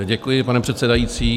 Děkuji, pane předsedající.